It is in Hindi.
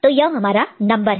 तो यह हमारा नंबर है